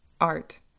art